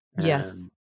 Yes